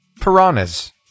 piranhas